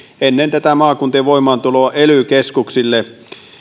ennen maakuntien voimaantuloa ely keskuksille